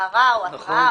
אזהרה או התראה.